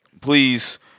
Please